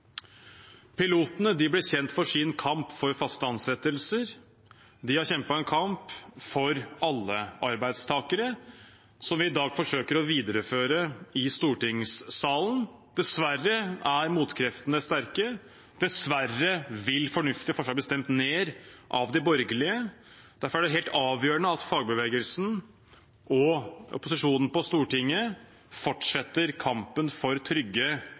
Pilotene ble kjent for sin kamp for faste ansettelser. De har kjempet en kamp for alle arbeidstakere, noe vi i dag forsøker å videreføre i stortingssalen. Dessverre er motkreftene sterke. Dessverre vil fornuftige forslag bli stemt ned av de borgerlige. Derfor er det helt avgjørende at fagbevegelsen og opposisjonen på Stortinget fortsetter kampen for trygge